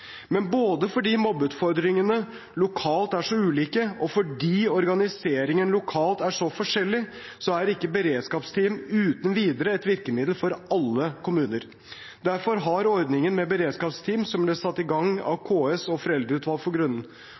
Men både fordi mobbeutfordringene lokalt er så ulike og fordi organiseringen lokalt er så forskjellig, er ikke beredskapsteam uten videre et virkemiddel for alle kommuner. Derfor har ordningen med beredskapsteam som ble satt i gang av KS og